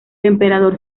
emperador